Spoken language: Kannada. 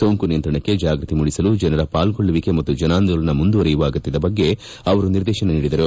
ಸೋಂಕು ನಿಯಂತ್ರಣಕ್ಕೆ ಜಾಗೃತಿ ಮೂಡಿಸಲು ಜನರ ಪಾಲ್ಗೊಳ್ಳುವಿಕೆ ಮತ್ತು ಜನಾಂದೋಲನ ಮುಂದುವರೆಯುವ ಅಗತ್ತದ ಬಗ್ಗೆ ಅವರು ನಿರ್ದೇಶನ ನೀಡಿದ್ದರು